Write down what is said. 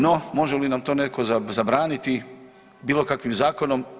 No, može li nam to netko zabraniti bilo kakvim zakonom?